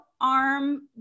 arm